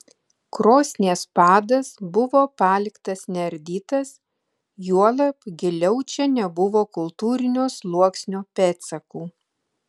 krosnies padas buvo paliktas neardytas juolab giliau čia nebuvo kultūrinio sluoksnio pėdsakų